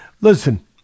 listen